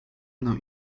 mną